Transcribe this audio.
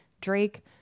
Drake